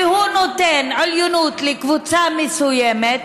כי הוא נותן עליונות לקבוצה מסוימת,